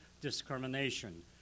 discrimination